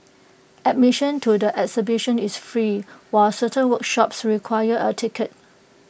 admission to the exhibition is free while certain workshops require A ticket